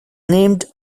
named